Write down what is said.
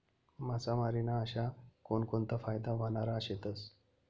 मासामारी ना अशा कोनकोनता फायदा व्हनारा शेतस?